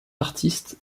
artistes